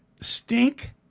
Stink